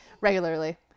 regularly